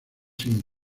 sin